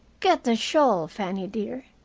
get the shawl, fanny, dear,